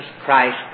Christ